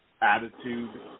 attitude